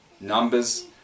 numbers